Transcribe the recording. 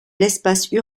l’espace